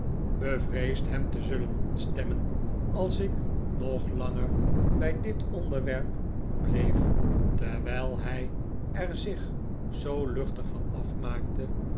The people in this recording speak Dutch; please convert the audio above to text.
bevreesd hem te zullen ontstemmen als ik nog langer bij dit onderwerp bleef teiwijl hij er zich zoo luchtig van af